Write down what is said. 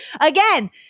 again